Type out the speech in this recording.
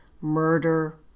murder